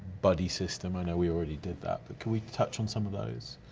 buddy system, i know we already did that, but can we touch on some of those?